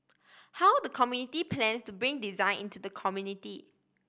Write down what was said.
how the committee plans to bring design into the community